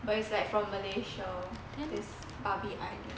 but it's like from malaysia this barbie eyesland